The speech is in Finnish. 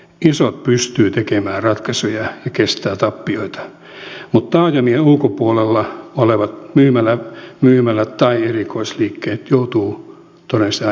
isot pystyvät tekemään ratkaisuja ja kestävät tappioita mutta taajamien ulkopuolella olevat myymälät tai erikoisliikkeet joutuvat todennäköisesti aika ahtaalle tässä tilanteessa